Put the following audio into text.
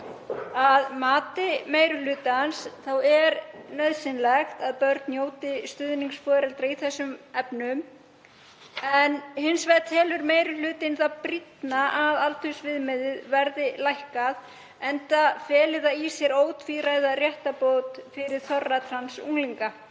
Að mati meiri hlutans er nauðsynlegt að börn njóti stuðnings foreldra í þessum efnum en hins vegar telur meiri hlutinn það brýnna að aldursviðmiðið verði lækkað enda feli það í sér ótvíræða réttarbót fyrir þorra trans unglinga.